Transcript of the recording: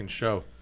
show